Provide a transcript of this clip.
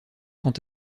quant